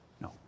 No